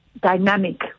dynamic